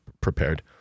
prepared